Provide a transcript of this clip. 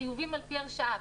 חיובים על פי הרשאה,